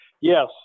yes